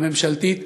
הממשלתית,